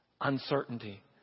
Uncertainty